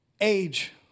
Age